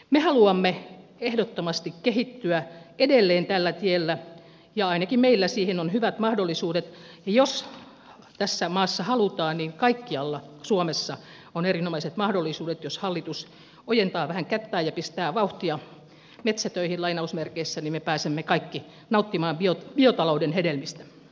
me haluamme ehdottomasti kehittyä edelleen tällä tiellä ja ainakin meillä siihen on hyvät mahdollisuudet ja jos tässä maassa halutaan niin kaikkialla suomessa on erinomaiset mahdollisuudet jos hallitus ojentaa vähän kättään ja pistää vauhtia metsätöihin niin että me pääsemme kaikki nauttimaan biotalouden hedelmistä